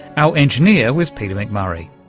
our engineer was peter mcmurray.